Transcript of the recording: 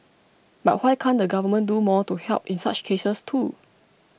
but why can't the government do more to help in such cases too